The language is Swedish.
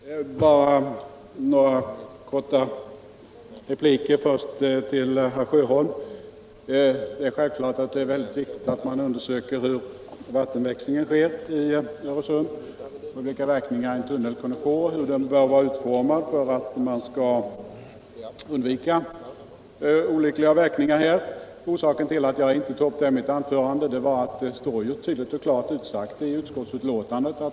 Herr talman! Bara några korta repliker, först till herr Sjöholm. Det är självklart mycket viktigt att man undersöker hur vattenväxlingen sker i Öresund, vilka verkningar en tunnel kan få, och hur den bör vara utformad för att man skall undvika olyckliga verkningar. Att jag inte tog upp det beror på att det är klart och tydligt utsagt i utskottsbetänkandet.